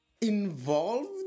Involved